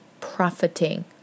profiting